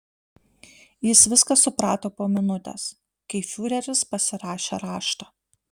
jis viską suprato po minutės kai fiureris pasirašė raštą